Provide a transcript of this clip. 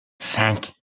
cinq